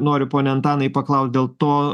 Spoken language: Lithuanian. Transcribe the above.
noriu pone antanai paklau dėl to